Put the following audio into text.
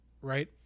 right